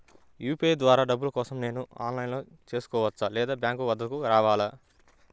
UPI ద్వారా డబ్బులు కోసం నేను ఆన్లైన్లో చేసుకోవచ్చా? లేదా బ్యాంక్ వద్దకు రావాలా?